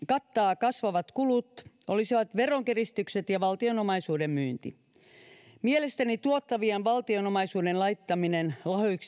kattaa kasvavat kulut olisivat veronkiristykset ja valtion omaisuuden myynti mielestäni tuottavan valtion omaisuuden laittaminen